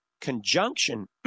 conjunction